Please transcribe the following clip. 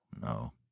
No